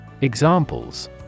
Examples